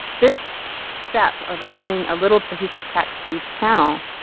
this step of adding a little piece of text to each channel,